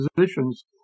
physicians